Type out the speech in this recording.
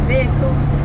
vehicles